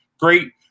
great